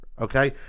okay